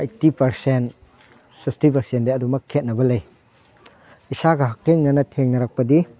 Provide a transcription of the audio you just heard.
eighty percent sixty ꯄꯥꯔꯁꯦꯟꯗꯤ ꯑꯗꯨꯃꯛ ꯈꯦꯟꯅꯕ ꯂꯩ ꯏꯁꯥꯒ ꯍꯛꯊꯦꯡꯅꯅ ꯊꯦꯡꯅꯔꯛꯄꯗꯤ